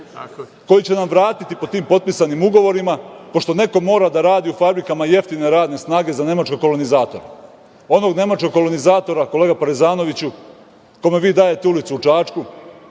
koje će nam vratiti po tim potpisanim ugovorima, pošto neko mora da radi u fabrikama jeftine radne snage za nemačkog kolonizatora, i to onog nemačkog kolonizatora, kolega Parezanoviću, kojem dajete ulicu u Čačku,